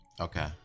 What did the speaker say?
Okay